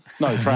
No